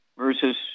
versus